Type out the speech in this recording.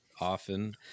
often